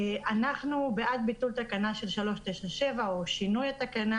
אנחנו בעד ביטול תקנה 3.9.7 או שינוי התקנה.